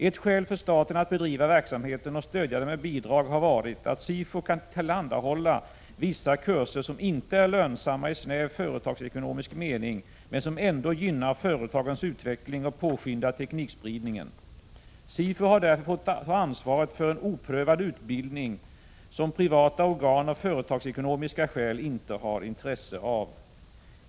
Ett skäl för staten att bedriva verksamheten och stödja den med bidrag har varit att SIFU kan tillhandahålla vissa kurser som inte är lönsamma i snäv företagsekonomisk mening men som ändå gynnar företagens utveckling och påskyndar teknikspridningen. SIFU har därför att ta ansvaret för ny oprövad utbildning, som privata organ av företagsekonomiska skäl inte har intresse av.